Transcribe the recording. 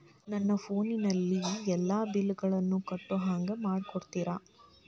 ನನ್ನ ಫೋನಿನಲ್ಲೇ ಎಲ್ಲಾ ಬಿಲ್ಲುಗಳನ್ನೂ ಕಟ್ಟೋ ಹಂಗ ಮಾಡಿಕೊಡ್ತೇರಾ?